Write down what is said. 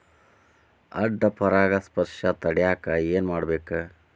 ಅಡ್ಡ ಪರಾಗಸ್ಪರ್ಶ ತಡ್ಯಾಕ ಏನ್ ಮಾಡ್ಬೇಕ್?